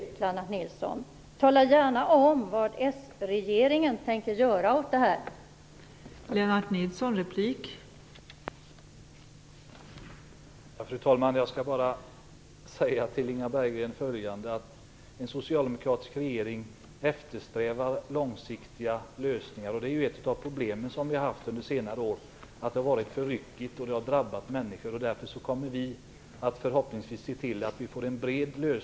Tala gärna om vad s-regeringen tänker göra åt det här, Lennart Nilsson!